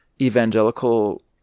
evangelical